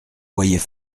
voyait